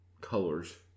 Colors